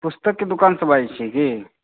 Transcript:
hello